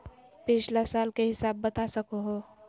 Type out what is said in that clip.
पिछला साल के हिसाब बता सको हो?